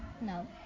No